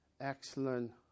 Excellent